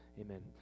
amen